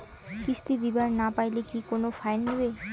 কিস্তি দিবার না পাইলে কি কোনো ফাইন নিবে?